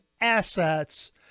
assets